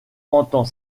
entend